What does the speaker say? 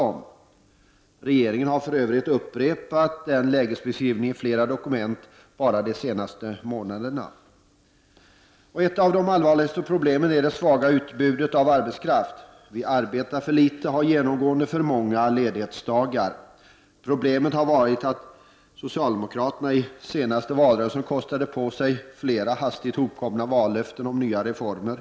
Regeringen har för övrigt upprepat den lägesbeskrivningen i flera dokument bara de senaste månaderna. Ett av de allvarligaste problemen är det svaga utbudet av arbetskraft. Vi arbetar för litet och har genomgående för många ledighetsdagar. Problemet har varit att socialdemokraterna i den senaste valrörelsen kostade på sig flera hastigt hopkomna vallöften om nya reformer.